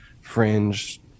fringe